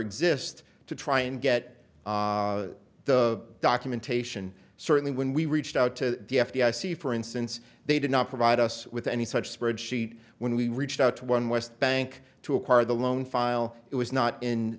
exist to try and get the documentation certainly when we reached out to the f b i see for instance they did not provide us with any such spreadsheet when we reached out to one west bank to acquire the loan file it was not in